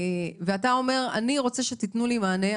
ואתה אומר: אני רוצה שהמדינה תיתן לי מענה.